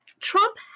Trump